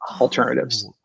alternatives